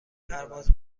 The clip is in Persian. پرواز